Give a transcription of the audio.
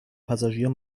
passagier